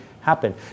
happen